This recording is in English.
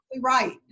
right